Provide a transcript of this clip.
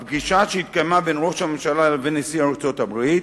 הפגישה שהתקיימה בין ראש הממשלה לבין נשיא ארצות-הברית